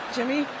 Jimmy